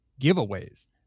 giveaways